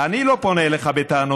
אני לא פונה אליך בטענות.